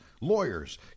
lawyers